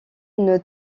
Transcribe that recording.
une